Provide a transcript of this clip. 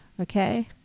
okay